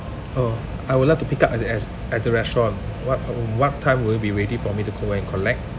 oh I would like to pick up as as at the restaurant what what time will it be ready for me to go and collect